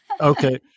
Okay